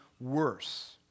worse